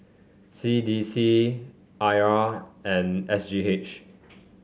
C D C I R and S G H